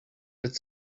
add